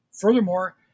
Furthermore